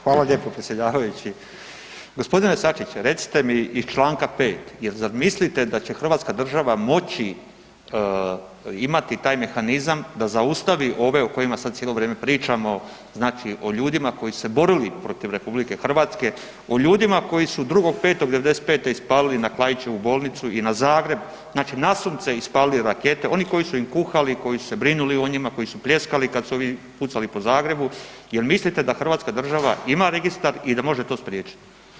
Hvala lijepo predsjedavajući. g. Sačić, recite mi iz čl. 5. jel mislite da će Hrvatska država moći imati taj mehanizam da zaustavi ove o kojima sad cijelo vrijeme pričamo, znači o ljudima koji su se borili protiv RH, o ljudima koji su 2.5.'95. ispalili na Klaićevu bolnicu i na Zagreb znači nasumce ispalili rakete, oni koji su im kuhali, koji su brinuli o njima, koji su pljeskali kad su ovi pucali po Zagrebu, jel mislite da Hrvatska država ima registar i da može to spriječit?